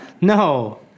No